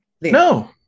No